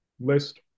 list